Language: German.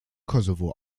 kosovo